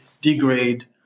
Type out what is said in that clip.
degrade